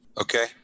Okay